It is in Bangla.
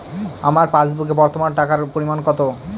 আমার পাসবুকে বর্তমান টাকার পরিমাণ কত?